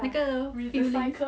那个